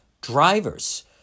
drivers